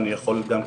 אני יכול גם כן,